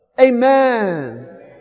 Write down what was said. amen